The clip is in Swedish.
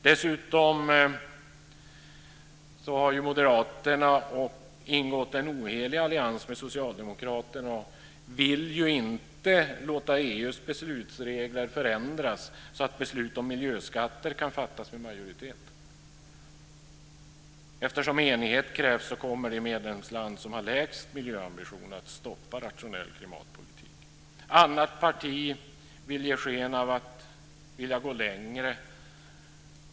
Dessutom har Moderaterna ingått en ohelig allians med Socialdemokraterna och vill inte låta EU:s beslutsregler förändras så att beslut om miljöskatter kan fattas med majoritet. Eftersom enighet krävs kommer det medlemsland som har den lägsta miljöambitionen att stoppa en rationell klimatpolitik. Ett annat parti ger sken av att vilja gå längre.